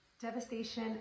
devastation